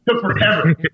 forever